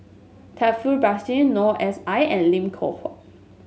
Taufik Batisah Noor S I and Lim Loh Huat